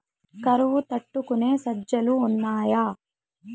కరువు తట్టుకునే సజ్జలు ఉన్నాయా